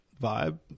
vibe